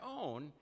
own